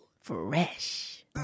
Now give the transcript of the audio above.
fresh